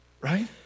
right